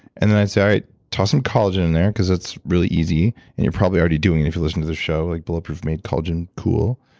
and then i'd say, all right, toss some collagen in there because that's really easy. and you're probably already doing it and if you're listening to this show. like bulletproof made collagen cool.